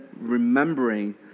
remembering